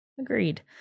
Agreed